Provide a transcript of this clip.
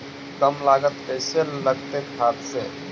कम लागत कैसे लगतय खाद से?